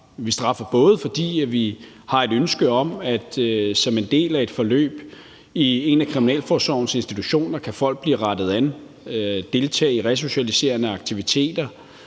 Vi straffer både, fordi vi har et ønske om, at folk som en del af et forløb i en af Kriminalforsorgens institutioner kan blive rettet ind, deltage i resocialiserende aktiviteter